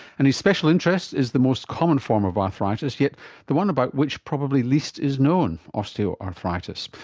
and his special interest is the most common form of arthritis, yet the one about which probably least is known osteoarthritis.